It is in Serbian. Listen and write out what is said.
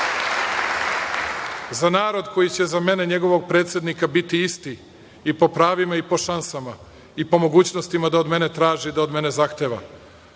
za narod koji će za mene, njegovog predsednika, biti isti i po pravima i po šansama i po mogućnostima da od mene traži i da od mene zahteva. Želim